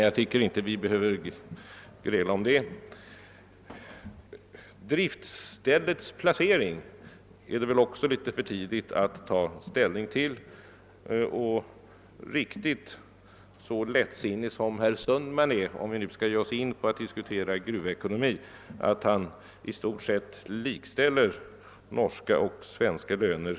Jag tycker inte att vi behöver gräla om detta. Det är väl också litet för tidigt att ta ställning till driftställets placering. Om vi nu skall ge oss in på att diskutera gruvekonomi får vi nog inte vara riktigt så lättsinniga som herr Sundman är när han i stort sett likställer norska och svenska löner.